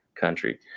country